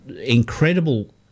incredible